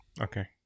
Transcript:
Okay